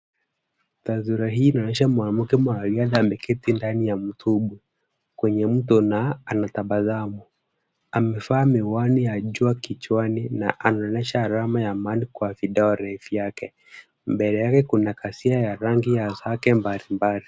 Taswira hii inaonyesha mwanamke mwanariadha ameketi ndani ya mtumbwi kwenye mto na ametabasamu. Amevaa miwani ya jua kichwani na anaonyesha alama ya madi kwa vidole yake. Mbele yake kuna kasia ya rangi ya zake mbalimbali.